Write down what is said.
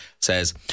says